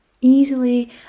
easily